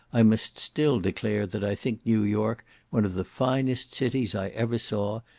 i must still declare that i think new york one of the finest cities i ever saw,